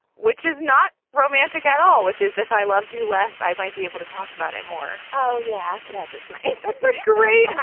which is not romantic at all, which is if i loved you less, i might be able to talk about it more. oh, yeah, that's nice but sort of cary, yeah